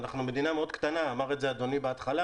אנחנו מדינה מאוד קטנה אמר את זה אדוני בהתחלה